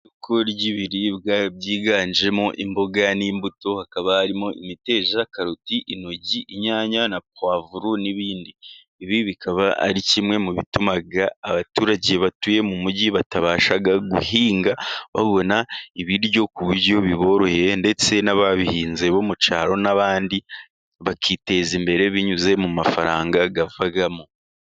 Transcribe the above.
Isoko ry'ibiribwa byiganjemo imboga n'imbuto, hakaba harimo imiteja, karoti, intoryi, inyanya na puwavuro n'ibindi, ibi bikaba ari kimwe mu bituma abaturage batuye mu mujyi batabasha guhinga, babona ibiryo ku buryo buboroheye ndetse n'ababihinze bo mu cyaro n'abandi bakiteza imbere, binyuze mu mafaranga avamo.